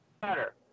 better